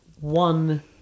one